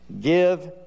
Give